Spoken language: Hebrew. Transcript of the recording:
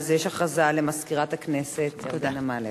יש הודעה למזכירת הכנסת ירדנה מלר.